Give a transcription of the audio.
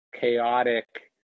chaotic